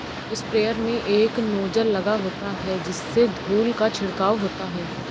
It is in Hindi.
स्प्रेयर में एक नोजल लगा होता है जिससे धूल का छिड़काव होता है